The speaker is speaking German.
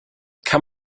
kann